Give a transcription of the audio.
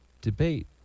debate